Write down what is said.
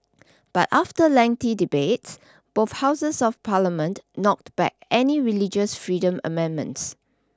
but after lengthy debate both houses of parliament knocked back any religious freedom amendments